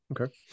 okay